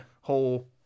whole